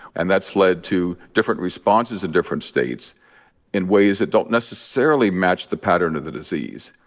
and that's led to different responses in different states in ways that don't necessarily match the pattern of the disease.